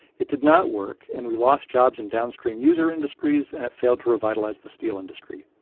it did not work, and we lost jobs in downstream user industries, and it failed to revitalize the steel industry